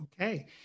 Okay